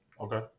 Okay